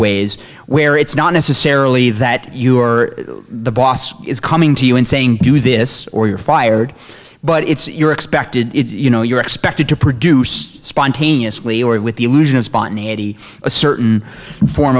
ways where it's not necessarily that you are the boss is coming to you and saying do this or you're fired but it's your expected you know you're expected to produce spontaneously or with the illusion of spontaneity a certain form